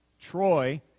Troy